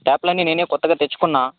ట్యాప్లన్నీ నేనే కొత్తగా తెచ్చుకున్నా